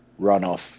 runoff